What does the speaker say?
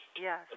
Yes